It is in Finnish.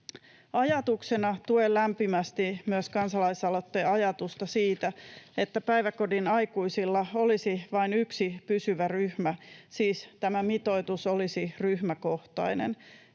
Ajatuksena tuen lämpimästi myös kansalaisaloitteen ajatusta siitä, että päiväkodin aikuisilla olisi vain yksi pysyvä ryhmä — siis tämä mitoitus olisi ryhmäkohtainen,